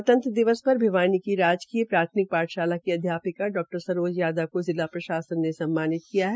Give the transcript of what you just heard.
गणतंत्र दिवस पर भिवानी की राजकीय प्राथमिक पाठशाला की अध्यापिका डा सरोज यादव को जिला प्रशासन ने सम्मानित किया है